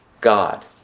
God